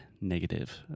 negative